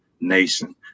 nation